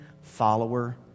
follower